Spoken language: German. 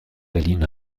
berlin